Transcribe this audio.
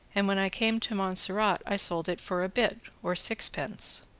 and when i came to montserrat i sold it for a bit, or sixpence.